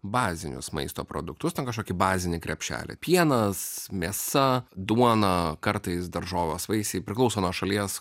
bazinius maisto produktus ten kažkokį bazinį krepšelį pienas mėsa duona kartais daržovės vaisiai priklauso nuo šalies